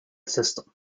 system